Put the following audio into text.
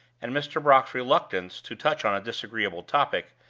and mr. brock's reluctance to touch on a disagreeable topic,